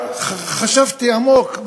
חשבתי עמוק,